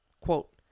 Quote